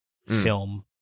Film